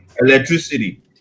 electricity